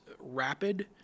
rapid